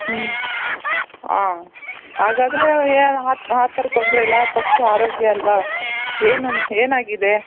ಹ್ಞೂ ಹಾಂ ಹಾಗಾದ್ರೆ ಯಾ ಹತ್ತು ಹಾ ಥರ ತೊಂದರೆಯಿಲ್ಲ ಪಸ್ಟು ಆರೋಗ್ಯ ಅಲ್ವಾ ಏನನ್ನ ಏನಾಗಿದೆ